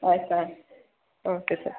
ಆಯಿತಾ okay sir